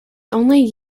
only